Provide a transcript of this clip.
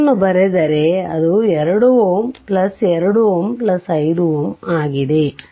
ಅದನ್ನು ಬರೆದರೆ ಅದು 2 Ω 2 Ω 5 Ω ಆಗಿದೆ